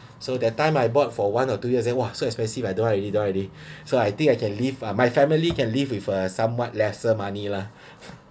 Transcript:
so that time I bought for one or two years then !wah! so expensive I don't want already I don't want already so I think I can live my family can live with uh somewhat lesser money lah